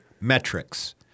Metrics